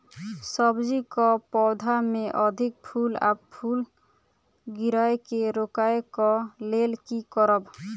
सब्जी कऽ पौधा मे अधिक फूल आ फूल गिरय केँ रोकय कऽ लेल की करब?